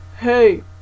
Hey